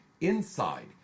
inside